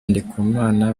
ndikumana